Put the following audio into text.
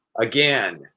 again